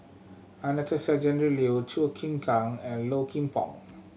Anastasia Tjendri Liew Chim Kang and Low Kim Pong